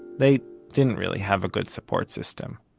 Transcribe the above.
they didn't really have a good support system.